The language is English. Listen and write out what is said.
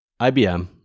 IBM